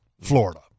Florida